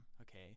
okay